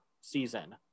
season